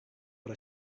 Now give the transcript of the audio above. but